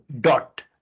dot